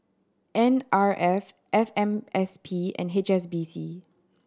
N R F F M S P and H S B C